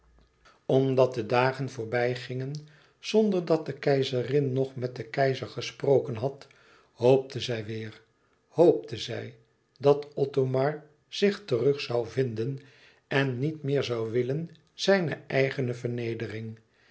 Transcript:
omdat de dagen voorbij gingen zonder dat de keizerin nog met den keizer gesproken had hoopte zij weêr hoopte zij dat othomar zich terug zoû vinden en niet meer zoû willen zijne eigene vernedering